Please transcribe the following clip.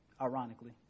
ironically